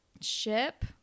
Ship